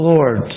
Lord